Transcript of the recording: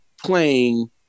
playing